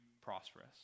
prosperous